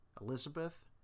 Elizabeth